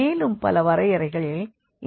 மேலும் பல வரையறைகள் இந்த ரேங்கிற்கு உள்ளன